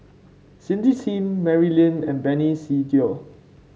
Cindy Sim Mary Lim and Benny Se Teo